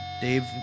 Dave